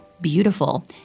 beautiful